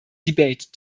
debate